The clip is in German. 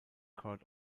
court